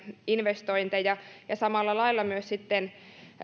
investointeja ja samalla lailla myös sitten